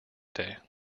day